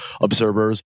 observers